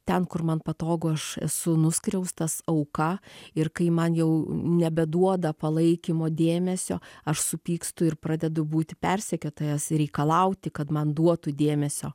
ten kur man patogu aš esu nuskriaustas auka ir kai man jau nebeduoda palaikymo dėmesio aš supykstu ir pradedu būti persekiotojas reikalauti kad man duotų dėmesio